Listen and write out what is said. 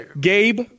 Gabe